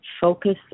focus